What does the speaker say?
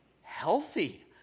healthy